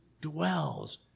dwells